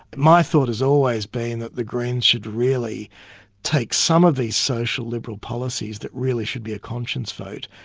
my thought has always been that the greens should really take some of these social liberal policies that really should be a conscience vote,